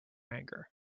anger